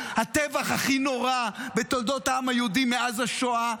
הטבח הכי נורא בתולדות העם היהודי מאז השואה,